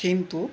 Thimphu